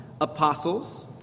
apostles